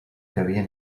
cabia